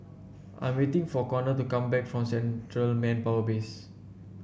I'm waiting for Conor to come back from Central Manpower Base